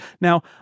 Now